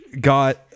got